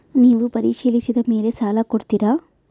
ನೇವು ಪರಿಶೇಲಿಸಿದ ಮೇಲೆ ಸಾಲ ಕೊಡ್ತೇರಾ?